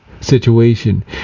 situation